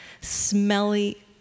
smelly